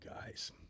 guys